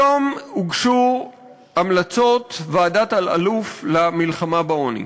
היום הוגשו המלצות ועדת אלאלוף למלחמה בעוני,